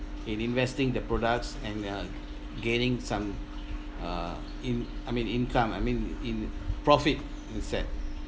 in investing their products and uh gaining some uh in~ I mean income I mean in profit asset